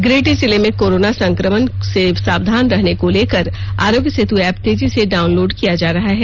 गिरिडीह जिले में कोरोना संक्रमण से सावधान रहने को लेकर आरोग्य सेतु एप तेजी से डाउनलोड किया जा रहा है